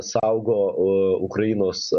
saugo o ukrainos